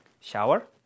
shower